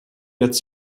jetzt